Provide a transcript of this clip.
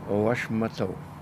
o aš matau